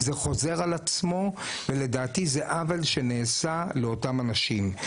זה חוזר על עצמו ולדעתי זה עוול שנעשה לאותם אנשים.